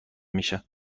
میشه